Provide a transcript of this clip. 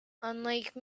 unlike